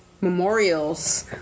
memorials